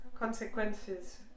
consequences